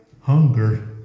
Hunger